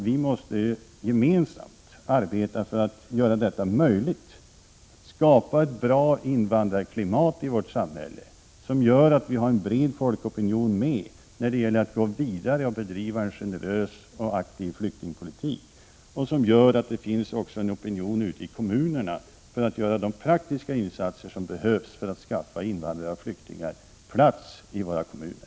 Vi måste gemensamt arbeta för att det skall bli ett bra invandrarklimat i vårt samhälle, en bred folkopinion för att kunna gå vidare och bedriva en generös och aktiv flyktingpolitik. Det gäller också att få en opinion ute i kommunerna för de nödvändiga praktiska insatserna för att invandrare och flyktingar skall få plats i våra kommuner.